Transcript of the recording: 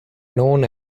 known